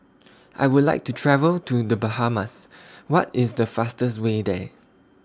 I Would like to travel to The Bahamas What IS The fastest Way There